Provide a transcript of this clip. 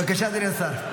בבקשה, אדוני השר.